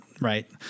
Right